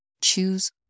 Choose